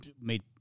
made